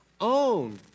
own